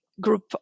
group